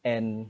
and